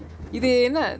இது என்ன:ithu enna